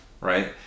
right